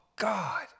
God